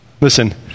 Listen